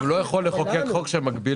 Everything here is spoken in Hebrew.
אתה גם לא יכול לחוקק חוק שמגביל.